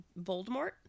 Voldemort